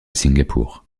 singapour